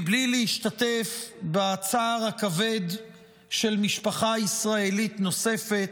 מבלי להשתתף בצער הכבד של משפחה ישראלית נוספת.